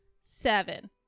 seven